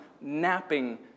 napping